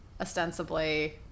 ostensibly